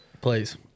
Please